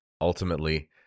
ultimately